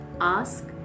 Ask